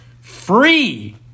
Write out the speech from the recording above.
Free